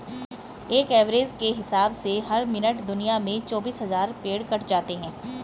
एक एवरेज के हिसाब से हर मिनट दुनिया में चौबीस हज़ार पेड़ कट जाते हैं